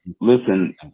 Listen